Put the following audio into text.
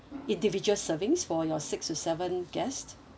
individual servings for your six to seven guest